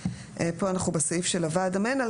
פה אנחנו בסעיף של הוועד המנהל.